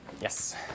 Yes